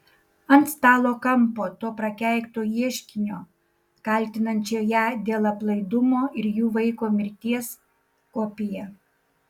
ant stalo kampo to prakeikto ieškinio kaltinančio ją dėl aplaidumo ir jų vaiko mirties kopija